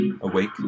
Awake